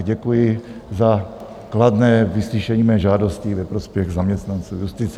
Děkuji za kladné vyslyšení mé žádosti ve prospěch zaměstnanců justice.